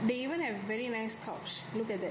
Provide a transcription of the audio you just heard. they even have a very nice couch look at that